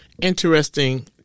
interesting